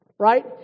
right